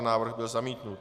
Návrh byl zamítnut.